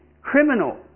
criminal